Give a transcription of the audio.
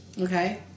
Okay